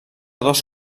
dos